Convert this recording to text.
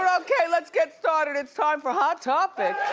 um okay, let's get started, it's time for hot topics.